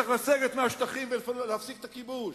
צריך לסגת מהשטחים ולהפסיק את הכיבוש.